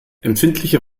empfindliche